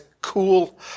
cool